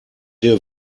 der